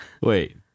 Wait